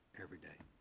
every day.